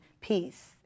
peace